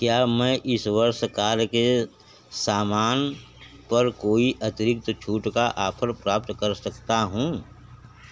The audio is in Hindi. क्या मैं इस वर्ष कार के सामान पर कोई अतिरिक्त छूट का ऑफ़र प्राप्त कर सकता सकती हूँ